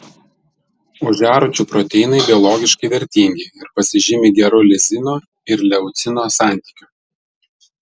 ožiarūčių proteinai biologiškai vertingi ir pasižymi geru lizino ir leucino santykiu